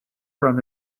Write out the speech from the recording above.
from